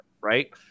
right